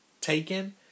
taken